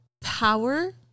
power